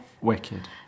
Wicked